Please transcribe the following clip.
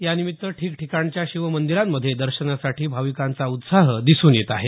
यानिमित्त ठिकठिकाणच्या शिव मंदीरांमध्ये दर्शनासाठी भाविकांचा उत्साह दिसून येत आहे